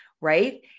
right